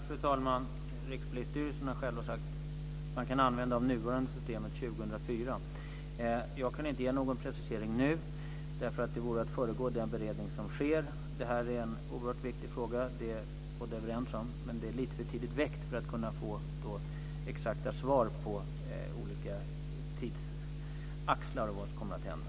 Fru talman! Rikspolisstyrelsen har själv sagt att man kan använda det nuvarande systemet till 2004. Jag kan inte ge någon precisering nu. Det vore att föregå den beredning som sker. Vi är båda överens om att det här är en oerhört viktig fråga, men den är lite för tidigt väckt för att få exakta svar på olika tidsaxlar och om vad som kommer att hända.